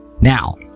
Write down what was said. now